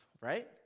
right